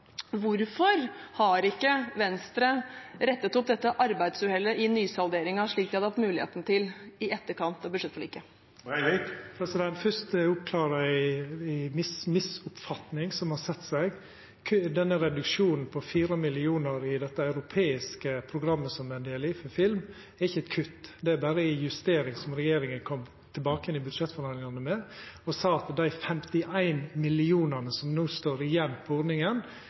Hvorfor har ikke Venstre rettet opp dette arbeidsuhellet i nysalderingen, slik de hadde hatt muligheten til i etterkant av budsjettforliket? Fyrst vil eg oppklara ei misoppfatning som har sett seg. Denne reduksjonen på 4 millionar i dette europeiske programmet som ein tek del i for film, er ikkje eit kutt, det er berre ei justering som regjeringa kom tilbake igjen i budsjettforhandlingane med. Dei sa at dei 51 mill. kr som no står igjen på